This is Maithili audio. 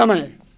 समय